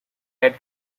had